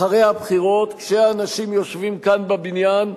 אחרי הבחירות, כשהאנשים יושבים כאן בבניין,